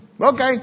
Okay